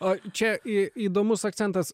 a čia į įdomus akcentas